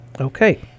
okay